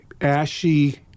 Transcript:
ashy